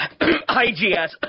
IGS